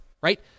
Right